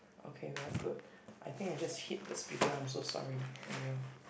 okay we're good I think I just hit the speaker I'm so sorry !aiyo!